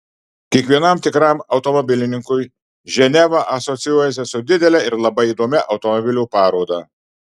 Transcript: kiekvienam tikram automobilininkui ženeva asocijuojasi su didele ir labai įdomia automobilių paroda